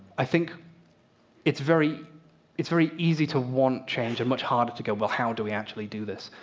i think it's very it's very easy to want change and much harder to go, well, how do we actually do this?